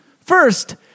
First